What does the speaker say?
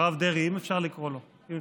הרב דרעי, אם אפשר לקרוא לו.